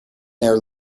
their